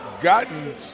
gotten